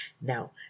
Now